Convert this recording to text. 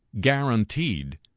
guaranteed